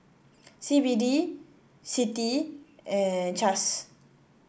C B D CITI and CAAS